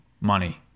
money